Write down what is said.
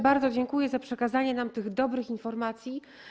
Bardzo dziękuję za przekazanie nam tych dobrych informacji.